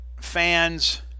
fans